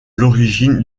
l’origine